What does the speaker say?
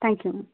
thank you ma'am